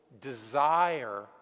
Desire